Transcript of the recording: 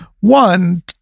One